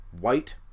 white